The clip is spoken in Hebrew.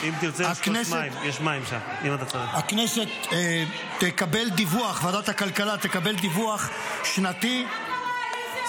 ועדת הכלכלה תקבל דיווח שנתי מרשות המים.